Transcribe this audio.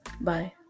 Bye